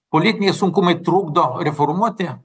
politiniai sunkumai trukdo reformuoti